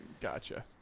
Gotcha